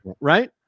right